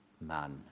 man